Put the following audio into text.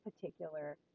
particular